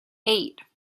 eight